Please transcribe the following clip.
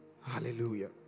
Hallelujah